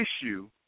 issue